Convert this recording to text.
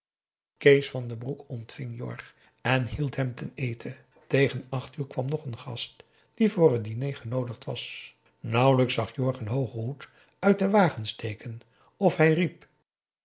kees van den broek ontving jorg en hield hem ten eten tegen acht uur kwam nog een gast die voor het diner genoodigd was nauwelijks zag jorg een hoogen hoed uit den wagen steken of hij riep